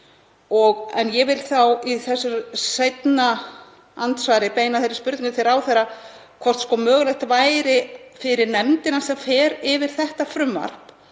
Ég vil þá í seinna andsvari beina þeirri spurningu til ráðherra hvort mögulegt væri fyrir nefndina, sem fer yfir þetta frumvarp,